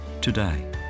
today